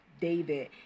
David